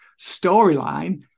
storyline